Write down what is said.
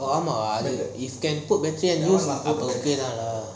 ஆமா அது வந்து:ama athu vanthu if can put a chain